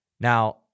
Now